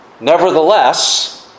nevertheless